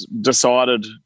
decided